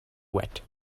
wet